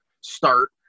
start